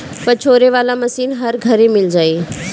पछोरे वाला मशीन हर घरे मिल जाई